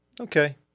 Okay